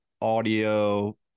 audio